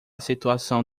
situação